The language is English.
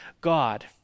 God